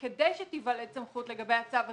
כדי שתיוולד סמכות לגבי הצו הזה,